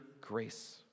grace